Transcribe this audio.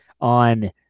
on